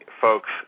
folks